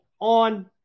On